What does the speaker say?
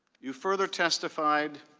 you further testified,